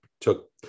took